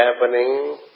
happening